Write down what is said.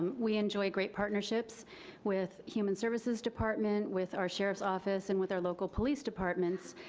we enjoy great partnerships with human services department, with our sheriff's office, and with our local police departments,